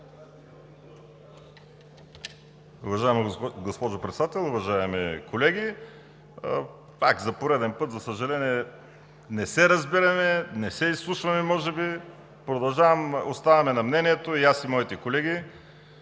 Уважаема госпожо Председател, уважаеми колеги! Пак за пореден път, за съжаление, не се разбираме, не се изслушваме може би. Оставаме на мнението – и аз, и моите колеги,